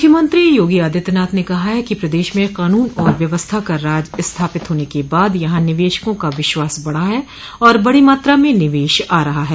मुख्यमंत्री योगी आदित्यनाथ ने कहा है कि प्रदेश में कानून और व्यवस्था का राज स्थापित होने के बाद यहां निवेशकों का विश्वास बढ़ा है और बड़ी मात्रा में निवेश आ रहा है